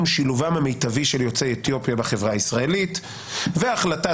שילובם המיטבי של יוצאי אתיופיה בחברה הישראלית והחלטה